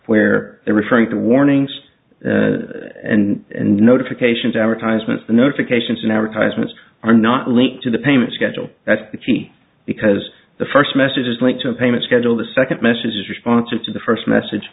where they're referring to warnings and notifications advertisements notifications and advertisements are not linked to the payment schedule that's the key because the first message is linked to a payment schedule the second message is responsive to the first message